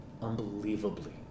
unbelievably